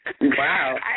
Wow